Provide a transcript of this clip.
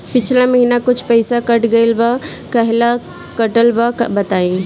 पिछला महीना कुछ पइसा कट गेल बा कहेला कटल बा बताईं?